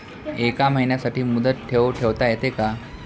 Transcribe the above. एका महिन्यासाठी मुदत ठेव ठेवता येते का?